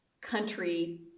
country